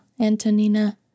Antonina